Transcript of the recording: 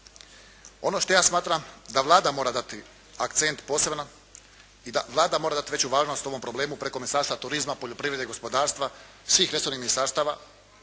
Ono što ja smatram da Vlada mora dati akcent posebno i da Vlada mora dati veću važnost ovom problemu preko Ministarstva turizma, poljoprivrede i gospodarstva, svih resornih ministarstava.